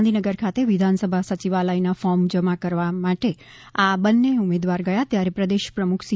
ગાંધીનગર ખાતે વિધાનસભા સચિવાલયમાં ફોર્મ જમા કરવવા માટે આ બંને ઉમેદવાર ગયા ત્યારે પ્રદેશ પ્રમ્ખ સી